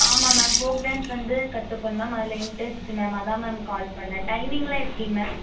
ஆமாம் ma'am folk dance வந்து கற்றுக்கணும் மேம் அதில் இன்ட்ரெஸ்ட் மேம் அதான் மேம் கால் பண்ணேன் டைமிங் எல்லாம் எப்படி மேம்